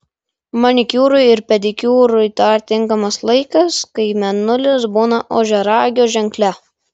manikiūrui ir pedikiūrui dar tinkamas laikas kai mėnulis būna ožiaragio ženkle